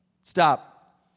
stop